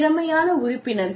திறமையான உறுப்பினர்கள்